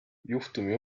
juhtumi